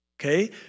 Okay